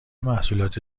محصولات